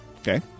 Okay